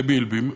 לבילבי,